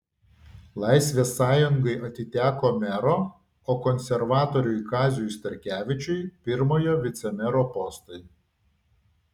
laisvės sąjungai atiteko mero o konservatoriui kaziui starkevičiui pirmojo vicemero postai